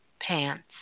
pants